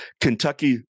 Kentucky